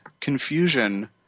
confusion